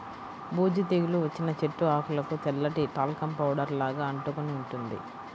బూజు తెగులు వచ్చిన చెట్టు ఆకులకు తెల్లటి టాల్కమ్ పౌడర్ లాగా అంటుకొని ఉంటుంది